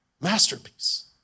Masterpiece